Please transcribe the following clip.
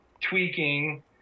tweaking